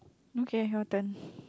okay your turn